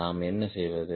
நாம் என்ன செய்வது